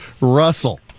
Russell